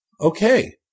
Okay